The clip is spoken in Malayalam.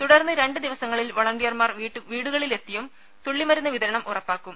തുടർന്ന് രണ്ട് ദിവസങ്ങളിൽ വൊളന്റിയർമാർ വീടുകളിലെത്തിയും തുള്ളിമരുന്ന് വിതരണം ഉറപ്പാക്കും